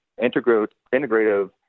integrative